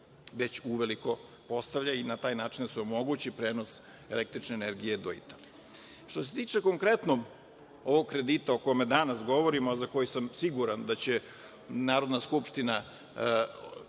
već uveliko postavlja i na taj način da se omogući prenos električne energije do Italije. Što se tiče konkretno ovog kredita o kome danas govorimo, a za koji sam siguran da će Narodna skupština